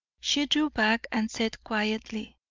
she drew back and said quietly,